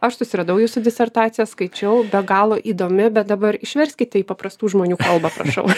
aš susiradau jūsų disertaciją skaičiau be galo įdomi bet dabar išverskit į paprastų žmonių kalbą prašau